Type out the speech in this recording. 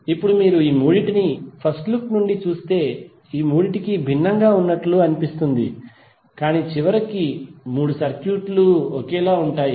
ఇప్పుడు మీరు ఈ మూడింటినీ ఫస్ట్ లుక్ నుండి చూస్తే ఈ మూడింటికీ భిన్నంగా ఉన్నట్లు అనిపిస్తుంది కాని చివరికి మూడు సర్క్యూట్లు ఒకేలా ఉంటాయి